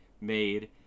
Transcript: made